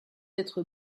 être